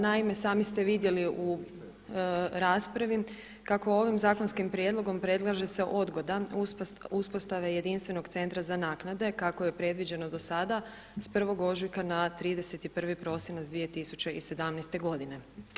Naime, sami ste vidjeli u raspravi kako ovim zakonskim prijedlogom predlaže se odgoda uspostave jedinstvenog Centra za naknade kako je predviđeno do sada s 1. ožujka na 31. prosinac 2017. godine.